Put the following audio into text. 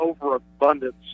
overabundance